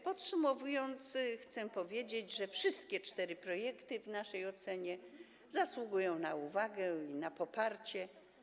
Podsumowując, chcę powiedzieć, że wszystkie cztery projekty w naszej ocenie zasługują na uwagę i na poparcie.